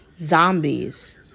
zombies